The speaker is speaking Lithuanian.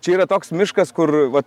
čia yra toks miškas kur va